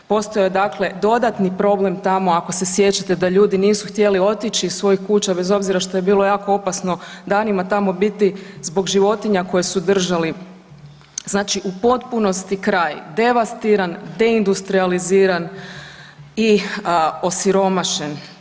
Postojao je dakle dodatni problem tamo ako se sjećate da ljudi nisu htjeli otići iz svojih kuća bez obzira što je bilo jako opasno danima tamo biti zbog životinja koje su držali, znači u potpunosti kraj devastiran, deindustrijaliziran i osiromašen.